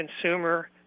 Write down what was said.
Consumer